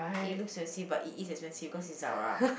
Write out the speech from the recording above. it looks the same but it is expensive cause it's Zara